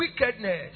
wickedness